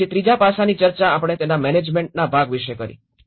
પછી ત્રીજા પાસાની ચર્ચા આપણે તેના મેનેજમેન્ટ ભાગ વિશે કરી છે